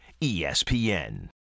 ESPN